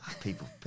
People